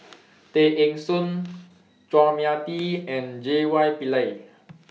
Tay Eng Soon Chua Mia Tee and J Y Pillay